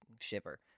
shiver